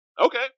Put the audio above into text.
okay